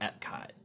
Epcot